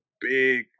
big